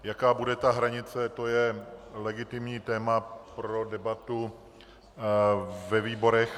Jaká bude hranice, to je legitimní téma pro debatu ve výborech.